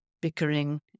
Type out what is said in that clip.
bickering